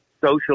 social